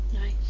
nice